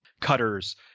cutters